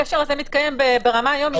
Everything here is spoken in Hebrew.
הקשר הזה מתקיים ברמה היום יומית.